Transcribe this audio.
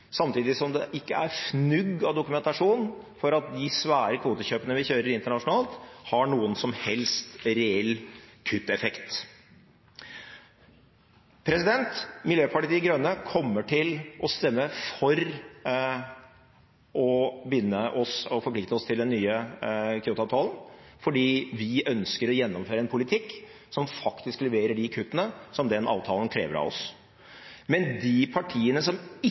samtidig som det ikke er fnugg av dokumentasjon for at de svære kvotekjøpene vi kjører internasjonalt, har noen som helst reell kutteffekt. Miljøpartiet De Grønne kommer til å stemme for å forplikte oss til den nye Kyoto-avtalen, fordi vi ønsker å gjennomføre en politikk som faktisk leverer de kuttene den avtalen krever av oss. De partiene som